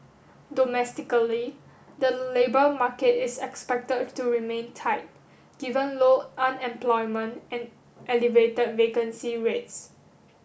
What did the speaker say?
domestically the labour market is expected to remain tight given low unemployment and elevated vacancy rates